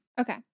Okay